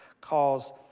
calls